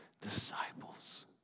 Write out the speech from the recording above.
disciples